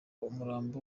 umurambo